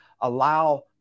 allow